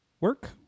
work